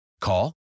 Call